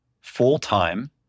full-time